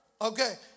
Okay